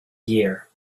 year